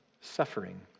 suffering